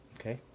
Okay